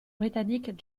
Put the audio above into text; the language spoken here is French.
britannique